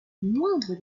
moindre